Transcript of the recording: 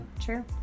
True